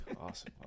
awesome